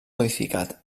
modificat